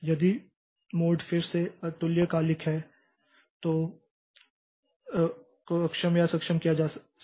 यदि मोड फिर से अतुल्यकालिक है तो राज्य को अक्षम या सक्षम किया जा सकता है